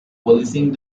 polishing